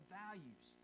values